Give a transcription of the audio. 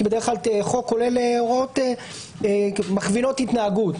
כי בדרך כלל חוק כולל הוראות מכווינות התנהגות,